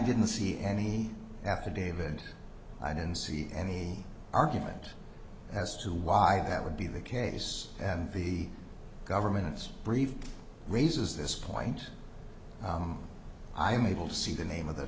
didn't see any affidavit and i don't see any argument as to why that would be the case and the government's brief raises this point i'm able to see the name of the